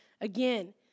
again